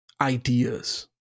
ideas